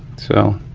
so,